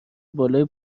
بالای